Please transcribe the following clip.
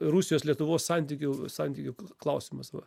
rusijos lietuvos santykių santykių klausimas va